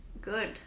good